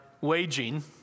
waging